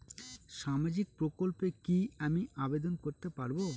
সামাজিক প্রকল্পে কি আমি আবেদন করতে পারবো?